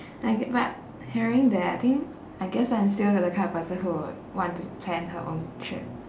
like but hearing that I think I guess I'm still the kind of person who would want to plan her own trip